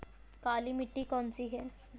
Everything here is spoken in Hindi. काली मिट्टी कौन सी है?